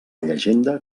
llegenda